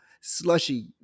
slushy